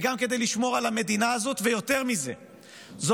חובה לחיילים שלנו.